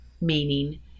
meaning